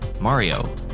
Mario